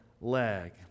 leg